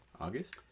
August